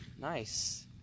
Nice